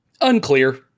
Unclear